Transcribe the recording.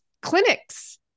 clinics